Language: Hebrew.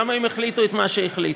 למה הם החליטו את מה שהחליטו.